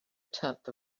tenth